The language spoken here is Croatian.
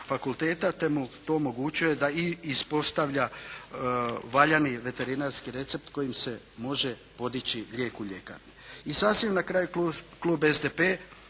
fakulteta te mu to omogućuje da i ispostavlja valjani veterinarski recept kojim se može podići lijek u ljekarni. I sasvim na kraju Klub SDP